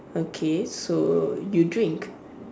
okay so you drink